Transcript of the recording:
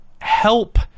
help